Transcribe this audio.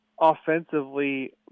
offensively